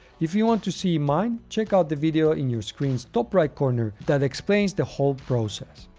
if you want to see mine, check out the video in your screen's top right corner that explains the whole process.